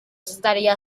estaría